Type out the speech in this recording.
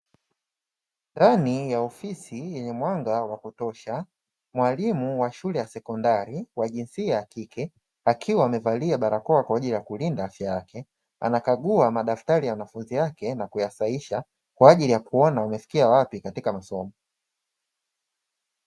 Ndani ya ofisi ya mwanga wa kutosha mwalimu wa shule ya sekondari wa jinsia ya kike akiwa amevalia barakoa kwa ajili ya kulinda afya yake anakagua madaftari ya wanafunzi wake na kuyasahihisha kwa ajili ya kuona wamefikia wapi katika masomo.